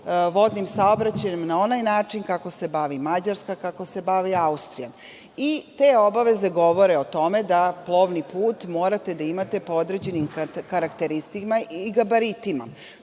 vodnim saobraćajem na onaj način kako se bavi Mađarska, kako se bavi Austrija. Te obaveze govore o tome da plovni put morate da imate po određenim karakteristikama i gabaritima.